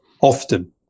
often